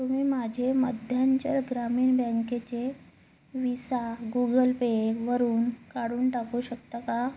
तुम्ही माझे मध्यांचल ग्रामीण बँकेचे विसा गुगल पेवरून काढून टाकू शकता का